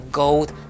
gold